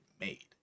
made